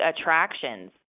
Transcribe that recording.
attractions